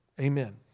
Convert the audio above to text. Amen